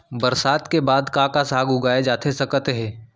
बरसात के बाद का का साग उगाए जाथे सकत हे?